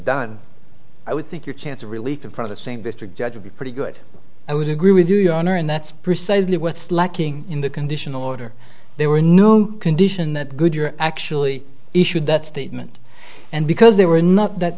done i would think your chance of relief and processing district judge would be pretty good i would agree with you your honor and that's precisely what's lacking in the conditional order there were no condition that goodyear actually issued that statement and because they were not that